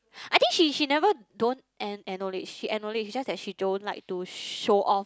I think she she never don't ack~ acknowledge she acknowledge it's just that she don't like to show off